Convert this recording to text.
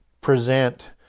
present